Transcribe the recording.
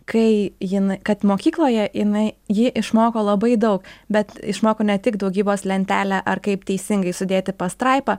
kai jinai kad mokykloje jinai ji išmoko labai daug bet išmoko ne tik daugybos lentelę ar kaip teisingai sudėti pastraipą